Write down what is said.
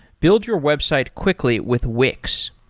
build your website quickly with wix.